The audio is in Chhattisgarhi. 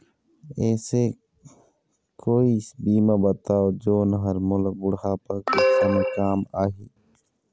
ऐसे कोई बीमा बताव जोन हर मोला बुढ़ापा के समय काम आही?